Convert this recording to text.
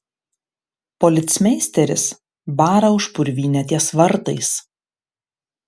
policmeisteris bara už purvynę ties vartais